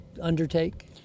undertake